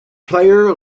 player